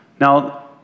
Now